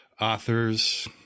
Authors